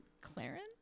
Clarence